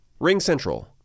RingCentral